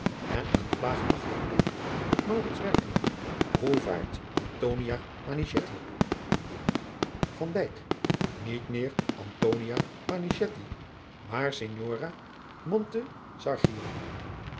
en een plaagachtig blikje op werpende oe vaart iet meer maar ignora